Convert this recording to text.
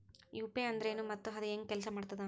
UPI ಅಂದ್ರೆನು ಮತ್ತ ಅದ ಹೆಂಗ ಕೆಲ್ಸ ಮಾಡ್ತದ